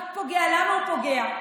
למה הוא פוגע?